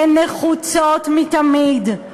הן נחוצות מתמיד.